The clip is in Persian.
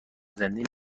زنده